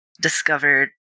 discovered